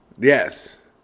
Yes